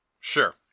Sure